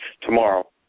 tomorrow